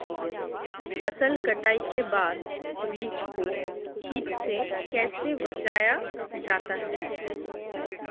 फसल कटाई के बाद बीज को कीट से कैसे बचाया जाता है?